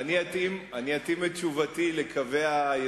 אני אתקרב לשמוע אותך יותר טוב.